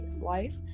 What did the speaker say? life